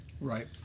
Right